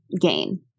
gain